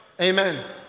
Amen